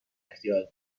اختیار